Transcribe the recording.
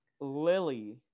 Lily